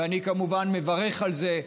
ואני כמובן מברך על זה,